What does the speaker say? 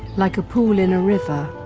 like a pool in a river,